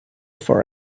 for